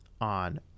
on